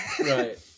Right